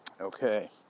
Okay